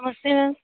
नमस्ते म्याम